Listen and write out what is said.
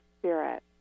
spirit